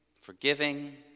forgiving